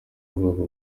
rubuga